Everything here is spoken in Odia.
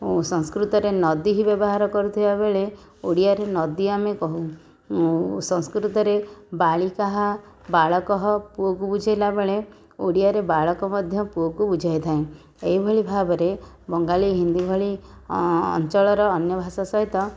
ସଂସ୍କୃତରେ ନଦୀହିଃ ବ୍ୟବହାର କରୁଥିବା ବେଳେ ଓଡ଼ିଆରେ ନଦୀ ଆମେ କହୁ ସଂସ୍କୃତରେ ବାଳିକାଃ ବାଲକଃ ପୁଅକୁ ବୁଝେଇଲା ବେଳେ ଓଡ଼ିଆରେ ବାଳକ ମଧ୍ୟ ପୁଅକୁ ବୁଝାଇଥାଏ ଏହିଭଳି ଭାବରେ ବଙ୍ଗାଳି ହିନ୍ଦୀ ଭଳି ଅଞ୍ଚଳର ଅନ୍ୟ ଭାଷା ସହିତ